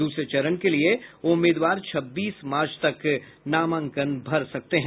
दूसरे चरण के लिये उम्मीदवार छब्बीस मार्च तक नामांकन कर सकते हैं